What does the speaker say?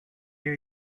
ear